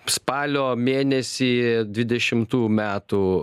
spalio mėnesį dvidešimtų metų